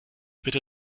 bitte